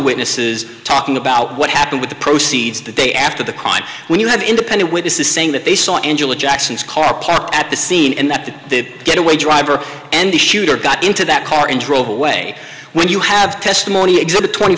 witnesses talking about what happened with the proceeds the day after the crime when you have independent witnesses saying that they saw angela jackson's car parked at the scene and that the getaway driver and the shooter got into that car and drove away when you have testimony exhibit twenty